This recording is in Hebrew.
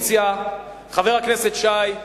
חבר הכנסת שי,